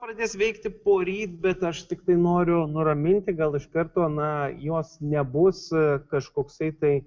pradės veikti poryt bet aš tiktai noriu nuraminti gal iš karto na jos nebus kažkoksai tai